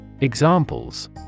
Examples